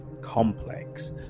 complex